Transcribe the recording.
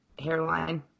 hairline